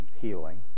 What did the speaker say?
healing